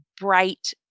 bright